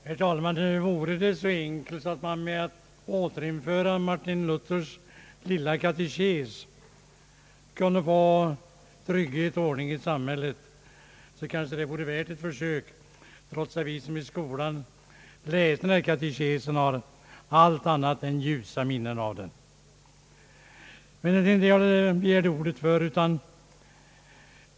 Herr talman! Om det vore så enkelt att man kunde få trygghet och ordning i samhället genom att återinföra Martin Luthers lilla katekes, så kanske det vore värt ett försök, trots att vi som läste katekesen i skolan har allt annat än ljusa minnen av den. Men det var inte för att säga detta som jag begärde ordet.